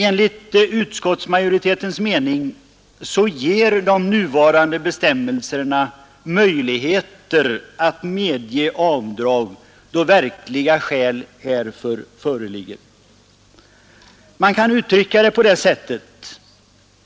Enligt utskottsmajoritetens mening lämnar de nuvarande bestämmelserna möjlighet att medge avdrag då verkliga skäl härför föreligger. Man kan uttrycka det så